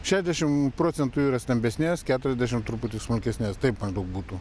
šešiasdešim procentų yra stambesnės keturiasdešim truputį smulkesnės taip maždaug būtų